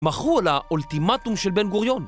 מכרו לאולטימטום של בן גוריון